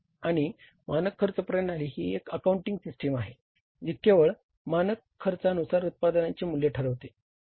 आणि मानक खर्च प्रणाली ही एक अकाउंटिंग सिस्टम आहे जी केवळ मानक खर्चानुसार उत्पादनांचे मूल्य ठरविते बरोबर